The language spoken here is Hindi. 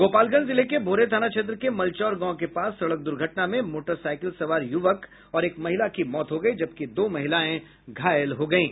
गोपालगंज जिले के भोरे थाना क्षेत्र के मलचौर गांव के पास सड़क दुर्घटना में मोटरसाइकिल सवार युवक और एक महिला की मौत हो गयी जबकि दो महिलाएं घायल हो गयी